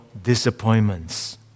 disappointments